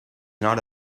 not